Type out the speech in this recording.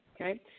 okay